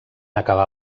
acabar